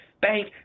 bank